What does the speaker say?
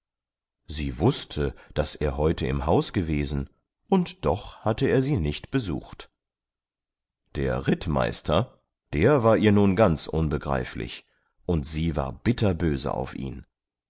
sie wußte daß er heute im haus gewesen und doch hatte er sie nicht besucht der rittmeister der war ihr nun ganz unbegreiflich und sie war bitterböse auf ihn